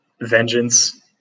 vengeance